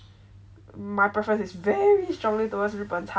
my preference is very strongly towards 日本餐